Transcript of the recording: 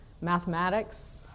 mathematics